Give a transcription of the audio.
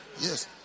Yes